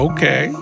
Okay